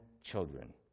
children